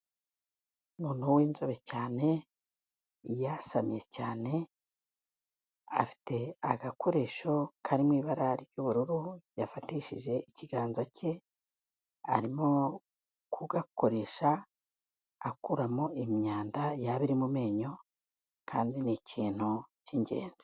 Umuntu w'inzobe cyane, yasamye cyane, afite agakoresho karimo ibara ry'ubururu yafatishije ikiganza cye, arimo kugakoresha akuramo imyanda yaba iri mu menyo kandi ni ikintu cy'ingenzi.